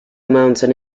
mountain